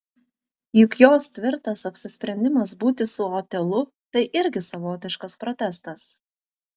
juk jos tvirtas apsisprendimas būti su otelu tai irgi savotiškas protestas